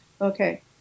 Okay